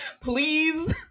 please